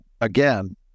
again